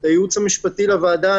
את הייעוץ המשפטי של הוועדה.